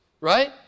Right